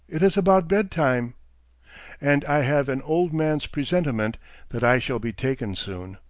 it is about bed-time and i have an old man's presentiment that i shall be taken soon.